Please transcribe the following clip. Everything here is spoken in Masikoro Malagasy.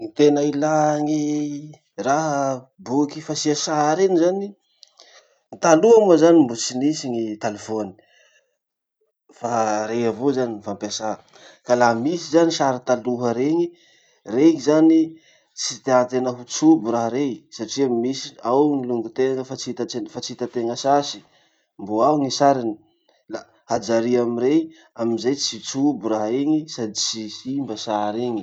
Ny tena ilà gny raha boky fasia sary iny zany. Taloha moa zany mbo tsy nisy gny talifony, fa rey avao zany ny fampiasà. Ka laha misy zany sary taloha rey, rey zany tsy tiatena ho trobo raha rey, satria misy, ao gny longotena fa tsy hitats- fa tsy hitatena sasy, mbo ao ny sariny la hajary amy rey amizay tsy trobo raha iny sady tsy simba sary iny.